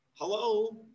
hello